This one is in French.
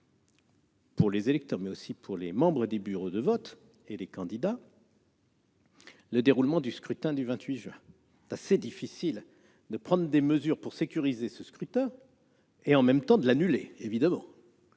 pour les électeurs, mais aussi pour les membres des bureaux de vote et les candidats, le déroulement du scrutin du 28 juin. Il est assez difficile de prendre des mesures pour sécuriser ce scrutin et en même temps de l'annuler, évidemment